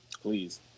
Please